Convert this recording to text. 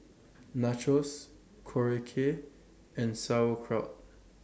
Nachos Korokke and Sauerkraut